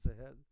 ahead